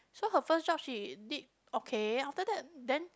so her first job she did okay after that then